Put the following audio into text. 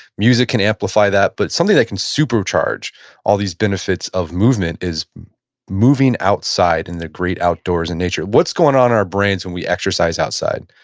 music can amplify that. but something that can supercharge all these benefits of movement is moving outside in the great outdoors, in nature. what's going on in our brains when we exercise outside?